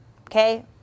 Okay